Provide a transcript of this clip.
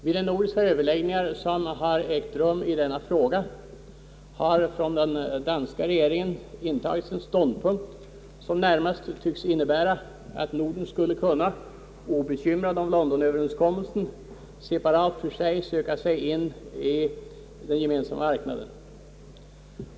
Vid de nordiska överläggningar som ägt rum i denna fråga har den danska regeringen intagit en ståndpunkt, som närmast tycks innebära att Norden skulle kunna — obekymrat om Londonöverenskommelsen — separat söka sig in i den gemensamma marknaden.